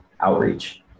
outreach